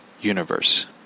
universe